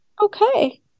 Okay